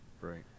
Right